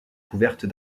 couverte